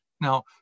Now